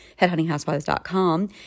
headhuntinghousewives.com